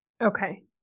Okay